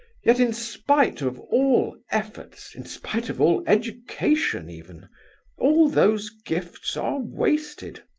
yet in spite of all efforts in spite of all education, even all those gifts are wasted!